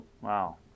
Wow